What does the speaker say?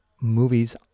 movies